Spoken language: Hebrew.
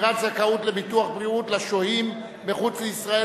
שמירת זכאות לביטוח בריאות לשוהים מחוץ לישראל),